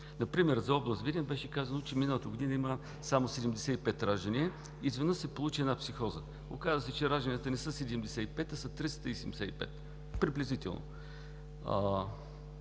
Например за област Видин беше казано, че миналата година има само 75 раждания. Изведнъж се получи психоза – оказа се, че ражданията не са 75, а са приблизително